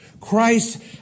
Christ